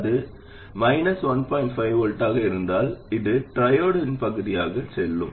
5 V ஆக இருந்தால் இது ட்ரையோட் பகுதிக்கு செல்லும்